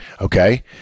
Okay